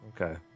Okay